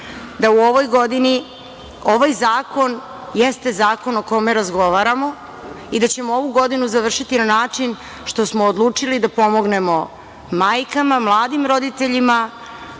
da u ovoj godini ovaj zakon jeste zakon o kome razgovaramo i da ćemo ovu godinu završiti na način što smo odlučili da pomognemo majkama, mladim roditeljima